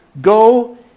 Go